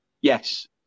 Yes